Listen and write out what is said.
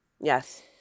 Yes